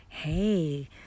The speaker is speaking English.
Hey